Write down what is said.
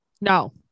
No